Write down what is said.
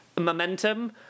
momentum